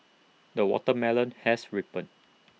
the watermelon has ripened